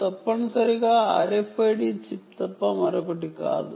ఆ మూడు తప్పనిసరిగా RFID చిప్ తప్ప మరొకటి కాదు